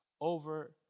over